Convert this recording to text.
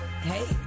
hey